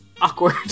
awkward